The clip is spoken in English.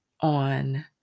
on